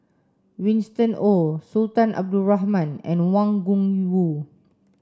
Winston Oh Sultan Abdul Rahman and Wang Gungwu